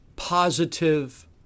positive